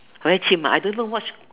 very chim lah I don't know what's